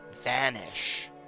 Vanish